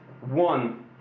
one